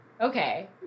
Okay